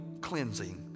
cleansing